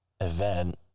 event